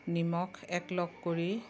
নিমখ একলগ কৰি